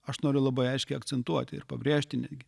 aš noriu labai aiškiai akcentuoti ir pabrėžti netgi